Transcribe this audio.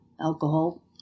alcohol